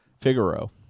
Figaro